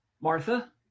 martha